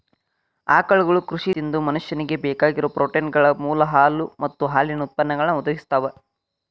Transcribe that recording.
ಆಕಳುಗಳು ಕೃಷಿ ತ್ಯಾಜ್ಯಗಳನ್ನ ತಿಂದು ಮನುಷ್ಯನಿಗೆ ಬೇಕಾಗಿರೋ ಪ್ರೋಟೇನ್ಗಳ ಮೂಲ ಹಾಲು ಮತ್ತ ಹಾಲಿನ ಉತ್ಪನ್ನಗಳನ್ನು ಒದಗಿಸ್ತಾವ